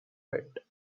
pit